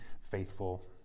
faithful